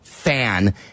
fan